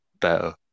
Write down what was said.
better